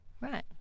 Right